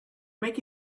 make